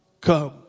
come